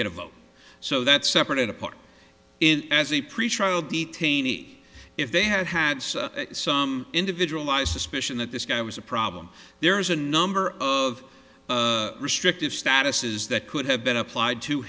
get a vote so that's separate and apart in the pretrial detainee if they had had some individual i suspicion that this guy was a problem there is a number of restrictive status is that could have been applied to